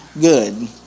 good